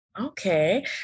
Okay